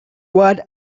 what